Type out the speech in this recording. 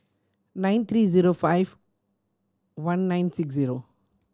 nine three zero five one nine six zero